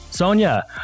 Sonia